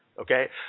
okay